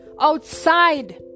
Outside